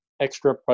extra